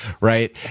Right